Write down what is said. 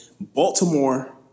Baltimore